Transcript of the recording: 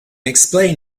explain